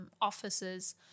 offices